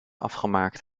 afgemaakt